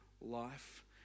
life